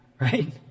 right